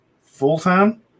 full-time